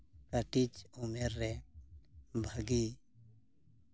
ᱠᱟᱹᱴᱤᱡ ᱩᱢᱮᱨ ᱨᱮ ᱵᱷᱟᱹᱜᱤ